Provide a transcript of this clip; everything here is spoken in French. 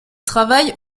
travaille